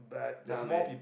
nah man